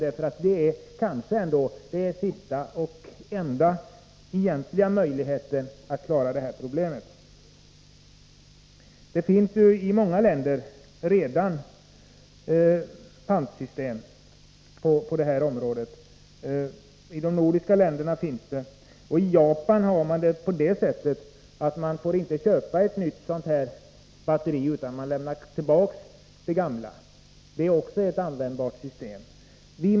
Det är kanske den sista och egentligen enda möjligheten att klara av det här problemet. Många länder har redan ett pantsystem på detta område. I de övriga nordiska länderna finns ett sådant. I Japan får man inte köpa ett nytt batteri utan att lämna tillbaka det gamla. Det är också ett användbart system.